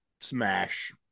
smash